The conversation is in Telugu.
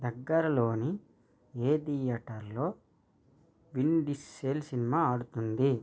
దగ్గరలోని ఏ థియేటర్లో విన్ డీసెల్ సినిమా ఆడుతుంది